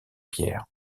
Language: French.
pierre